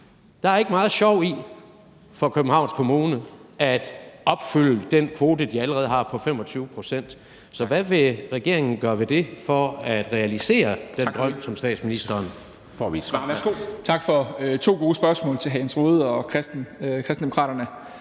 Der er ikke meget sjov i for Københavns Kommune at opfylde den kvote, de allerede har på 25 pct., så hvad vil regeringen gøre ved det for at realisere den drøm, som statsministeren har? Kl. 09:46 Formanden (Henrik Dam Kristensen):